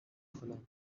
کنم